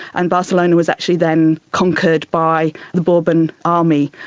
and barcelona was actually then conquered by the bourbon army.